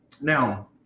now